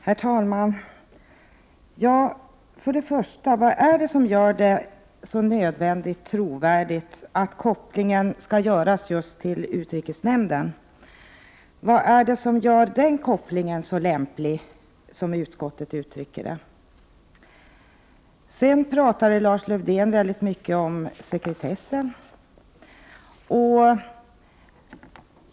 Herr talman! Vad är det som gör det så nödvändigt och trovärdigt med denna koppling till utrikesnämnden? Vad är det som gör den kopplingen så lämplig, som utskottet uttrycker det? Lars-Erik Lövdén talade mycket om sekretess.